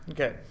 Okay